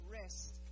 rest